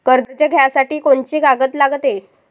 कर्ज घ्यासाठी कोनची कागद लागते?